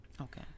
Okay